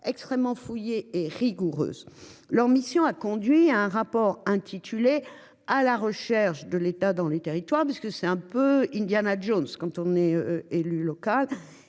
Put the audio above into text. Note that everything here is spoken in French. extrêmement fouillé et rigoureuse. Leur mission a conduit à un rapport intitulé A la recherche de l'État dans les territoires parce que c'est un peu Indiana Jones. Quand on est élu local